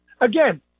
again